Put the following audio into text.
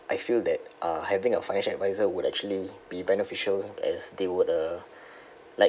I feel that uh having a financial advisor would actually be beneficial as they would uh like